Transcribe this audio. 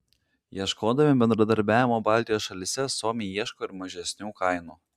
ieškodami bendradarbiavimo baltijos šalyse suomiai ieško ir mažesnių kainų